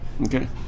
Okay